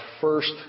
first